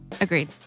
Agreed